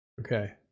Okay